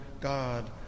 God